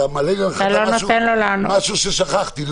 אתה מעלה להנחתה משהו ששכחתי.